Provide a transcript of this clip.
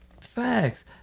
Facts